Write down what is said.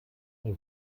mir